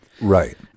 Right